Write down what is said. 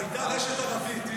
זו הייתה רשת ערבית.